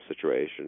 situation